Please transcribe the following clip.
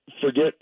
forget